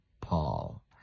Paul